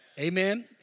Amen